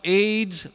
aids